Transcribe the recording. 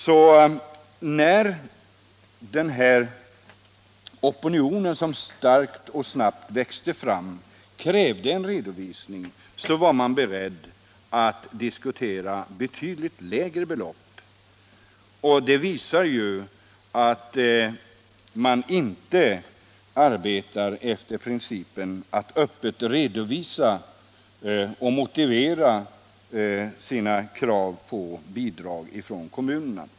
Men när opinionen mot nedläggningen, som växte fram mycket snabbt och starkt, krävde en redovisning, var man på SJ beredd att diskutera betydligt lägre bidragsbelopp. Detta visar ju att SJ inte arbetar efter principen att öppet redovisa och motivera sina krav på bidrag från kommunerna.